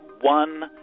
one